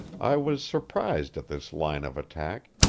i was surprised at this line of attack,